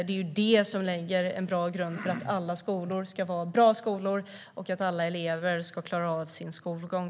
Det är detta som lägger en bra grund för att alla skolor ska vara bra skolor och för att alla elever ska klara av sin skolgång.